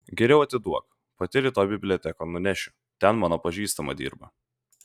geriau atiduok pati rytoj bibliotekon nunešiu ten mano pažįstama dirba